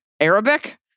Arabic